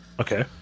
Okay